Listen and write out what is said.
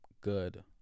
good